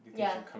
ya